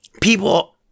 People